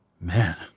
Man